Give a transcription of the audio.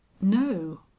no